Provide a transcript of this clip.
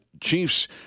Chiefs